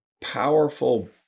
powerful